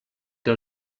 que